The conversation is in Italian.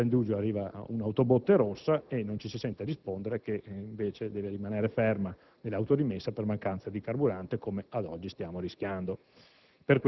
senza indugio arriva un'autobotte rossa e non ci si sente rispondere che, invece, deve rimanere ferma nell'autorimessa per mancanza di carburante come, ad oggi, stiamo rischiando.